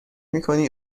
میکنی